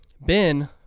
Ben